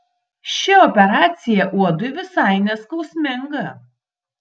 ši operacija uodui visai neskausminga